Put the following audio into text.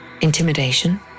Intimidation